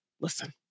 listen